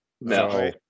no